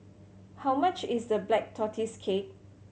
how much is the Black Tortoise Cake